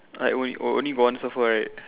like onl~ only got one surfer right